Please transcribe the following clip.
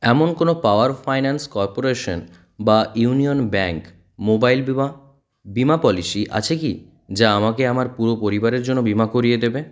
এমন কোনো power finance corporation বা ইউনিয়ন ব্যাঙ্ক মোবাইল বিমা বিমা পলিসি আছে কি যা আমাকে আমার পুরো পরিবারের জন্য বিমা করিয়ে দেবে